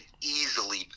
easily